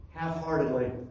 Half-heartedly